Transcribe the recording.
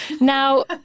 Now